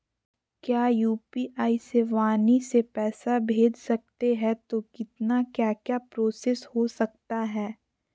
क्या यू.पी.आई से वाणी से पैसा भेज सकते हैं तो कितना क्या क्या प्रोसेस हो सकता है?